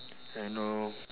and know